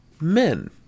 men